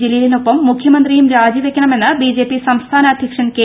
ജലീലിനൊപ്പം മുഖ്യമന്ത്രിയും രാജിവെക്കണമെന്ന് ബിജെപി സംസ്ഥാന അധ്യക്ഷൻ കെ